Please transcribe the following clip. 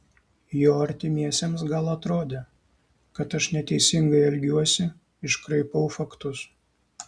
jo artimiesiems gal atrodė kad aš neteisingai elgiuosi iškraipau faktus